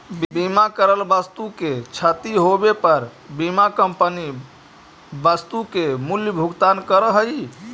बीमा करल वस्तु के क्षती होवे पर बीमा कंपनी वस्तु के मूल्य भुगतान करऽ हई